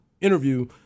interview